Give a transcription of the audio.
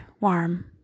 warm